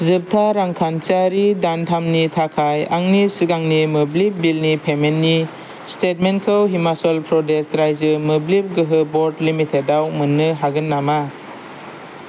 जोबथा रांखान्थियारि दानथामनि थाखाय आंनि सिगांनि मोब्लिब बिलनि पेमेन्टनि स्टेटमेन्टखौ हिमाचल प्रदेश रायजो मोब्लिब गोहो बर्ड लिमिटेड आव मोन्नो हागोन नामा